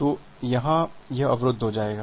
तो यह यहाँ अवरुद्ध हो जाएगा